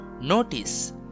Notice